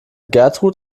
gertrud